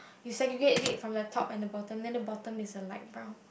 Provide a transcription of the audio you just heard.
you segregate it from the top and bottom then the bottom is a light brown